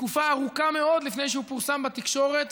תקופה ארוכה מאוד לפני שהוא פורסם בתקשורת,